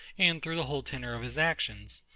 and through the whole tenor of his actions.